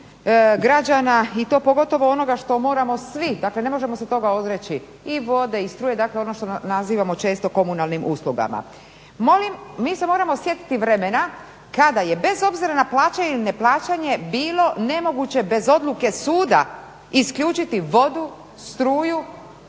građana i to pogotovo onoga što moramo svi, dakle ne možemo se toga odreći i vode i struje, dakle ono što nazivamo često komunalnim uslugama. Mi se moramo sjetiti vremena kada je bez obzira na plaćanje ili neplaćanje bilo nemoguće bez odluke suda isključiti vodu, struju,